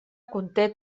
conté